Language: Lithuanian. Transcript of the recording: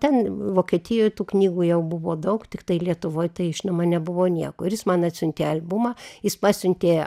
ten vokietijoj tų knygų jau buvo daug tiktai lietuvoj tai žinoma nebuvo nieko ir jis man atsiuntė albumą jis pasiuntė